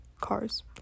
cars